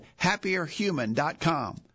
happierhuman.com